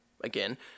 Again